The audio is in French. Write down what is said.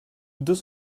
deux